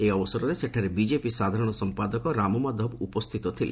ଏହି ଅବସରରେ ସେଠାରେ ବିଜେପି ସାଧାରଣ ସମ୍ପାଦକ ରାମମାଧବ ଉପସ୍ଥିତ ଥିଲେ